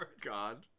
God